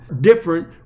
different